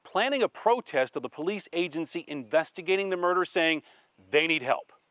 planning a protest of the police agency investigating the murder, saying they need help